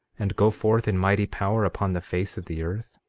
and go forth in mighty power upon the face of the earth?